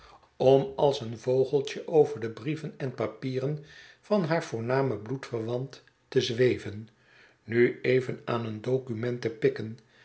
om als een vogeltje over de brieven en papieren van haar voornamen bloedverwant te zweven nu even aan een document te pikken